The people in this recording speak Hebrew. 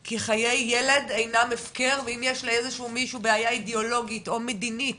כי חיי ילד אינם הפקר ואם יש לאיזשהו מישהו בעיה אידאולוגית או מדינית